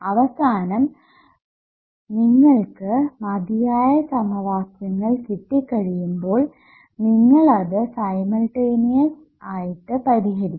അവസാനം നിങ്ങൾക്ക് മതിയായ സമവാക്യങ്ങൾ കിട്ടി കഴിയുമ്പോൾ നിങ്ങൾ അത് സൈമൾട്ടണിയസ് ആയിട്ട് പരിഹരിക്കും